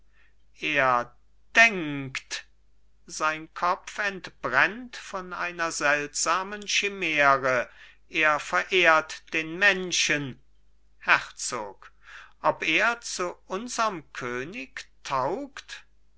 er denkt sein kopf entbrennt von einer seltsamen chimäre er verehrt den menschen herzog ob er zu unserm könig taugt